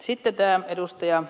sitten ed